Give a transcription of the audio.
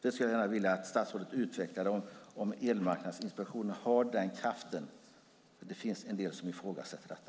Jag skulle gärna vilja att statsrådet utvecklar om Elmarknadsinspektionen har den kraften. Det finns en del som ifrågasätter detta.